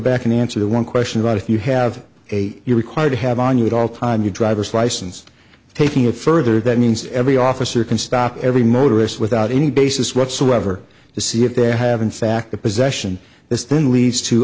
and answer the one question about if you have a you're required to have on you at all time your driver's license taking it further that means every officer can stop every motorist without any basis whatsoever to see if they have in fact a possession this then leads to